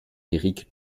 éric